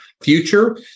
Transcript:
future